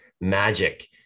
magic